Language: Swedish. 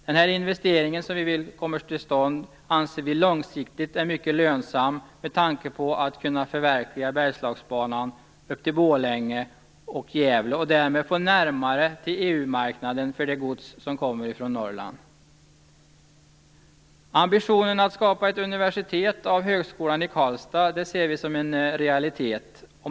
Den investering som vi vill skall komma till stånd anser vi långsiktigt vara mycket lönsam, med tanke på möjligheterna att förverkliga Bergslagsbanan upp till Borlänge och Gävle. Därmed blir det ju närmare till Ambitionen att skapa ett universitet av Högskolan i Karlstad ser vi som en realitet.